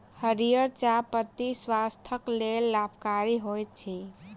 हरीयर चाह पत्ती स्वास्थ्यक लेल लाभकारी होइत अछि